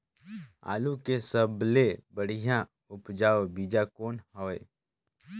आलू के सबले बढ़िया उपजाऊ बीजा कौन हवय?